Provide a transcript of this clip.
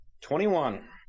Twenty-one